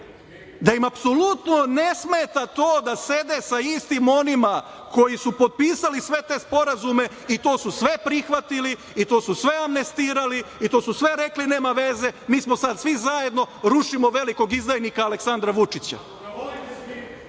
da im apsolutno ne smeta to da sede sa istim onima koji su potpisali sve te sporazume i to su sve prihvatili i to su sve amnestirali i to su sve rekli - nema veze, mi smo sada svi zajedno, rušimo velikog izdajnika Aleksandra Vučića.